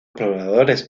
pobladores